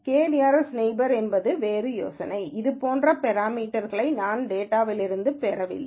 k nearest நெய்பர்ஸ்என்பது வேறு யோசனை இது போன்ற பெராமீட்டர்க்களை நான் டேட்டாலிருந்து பெறவில்லை